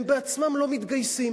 הם בעצמם לא מתגייסים